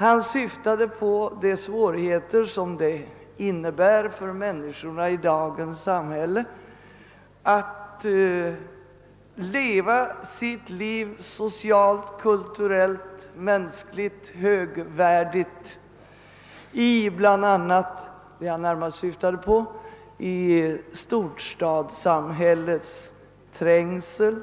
Han syftade på de svårigheter det innebär för människorna i dagens samhälle att leva sitt liv socialt, kulturellt, mänskligt högvärdigt i storstadssamhällets trängsel